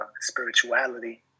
spirituality